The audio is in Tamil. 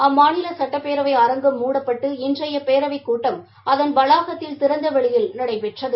அம்மாநில சட்டப்பேரவை அரங்கம் மூடப்பட்டு இன்றைய பேரவைக் கூட்டம் அதன் வளாகத்தில் திறந்த வெளியில் நடைபெற்றது